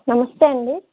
నమస్తే అండీ